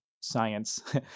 science